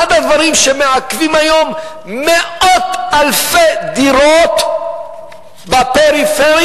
אחד הדברים שמעכבים היום מאות אלפי דירות בפריפריה